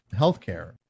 healthcare